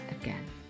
again